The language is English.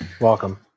Welcome